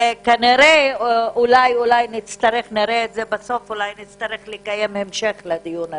ואולי נצטרך לקיים המשך לדיון הזה.